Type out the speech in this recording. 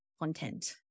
content